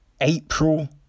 April